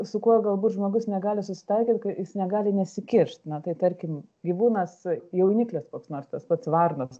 su kuo galbūt žmogus negali susitaikyti kai jis negali nesikišt na tai tarkim gyvūnas jauniklis koks nors tas pats varnas